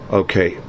okay